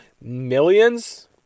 millions